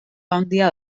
handia